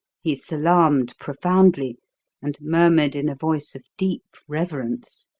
he salaamed profoundly and murmured in a voice of deep reverence,